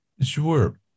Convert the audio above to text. sure